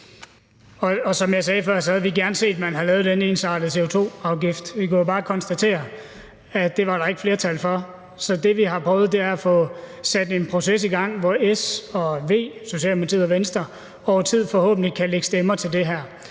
Som jeg sagde før, havde vi gerne set, at man havde lavet den ensartede CO2-afgift, men vi kunne jo bare konstatere, at det var der ikke flertal for. Så det, vi har prøvet, er at få sat en proces i gang, hvor Socialdemokratiet og Venstre over tid forhåbentlig kan lægge stemmer til det her,